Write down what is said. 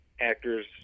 actors